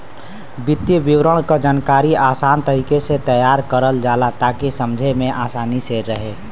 वित्तीय विवरण क जानकारी आसान तरीके से तैयार करल जाला ताकि समझे में आसानी रहे